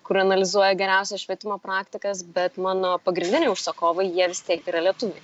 kur analizuoja geriausias švietimo praktikas bet mano pagrindiniai užsakovai jie vis tiek yra lietuviai